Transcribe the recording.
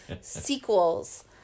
sequels